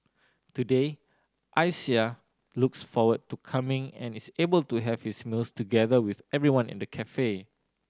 today Isaiah looks forward to coming and is able to have his meals together with everyone in the cafe